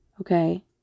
Okay